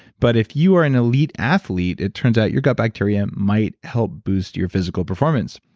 but if you are an elite athlete it turns out your gut bacteria might help boost your physical performance.